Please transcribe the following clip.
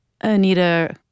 Anita